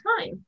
time